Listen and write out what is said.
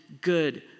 good